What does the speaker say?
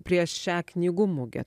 prieš šią knygų mugę